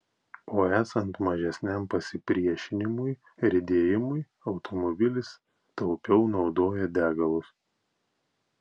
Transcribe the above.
o esant mažesniam pasipriešinimui riedėjimui automobilis taupiau naudoja degalus